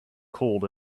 cold